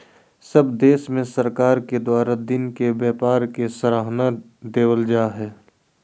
सब देश में सरकार के द्वारा दिन के व्यापार के सराहना देवल जा हइ